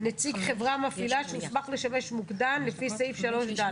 נציג חברה מפעילה שהוסמך לשמש מוקדן לפי סעיף 3ד,